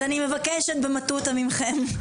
אז אני מבקשת מכם,